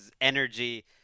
energy